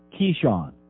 Keyshawn